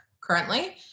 currently